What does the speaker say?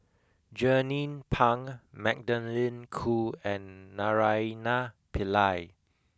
Jernnine Pang Magdalene Khoo and Naraina Pillai